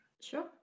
Sure